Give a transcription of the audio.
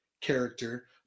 character